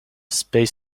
space